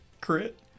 Crit